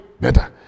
better